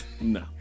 No